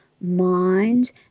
mind